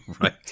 Right